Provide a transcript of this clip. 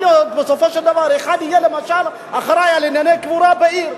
יכול להיות שבסופו של דבר אחד יהיה למשל אחראי לענייני קבורה בעיר.